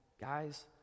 guy's